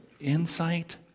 insight